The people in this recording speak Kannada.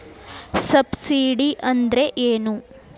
ಸಬ್ಸಿಡಿ ಅಂದ್ರೆ ಏನು?